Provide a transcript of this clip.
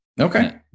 Okay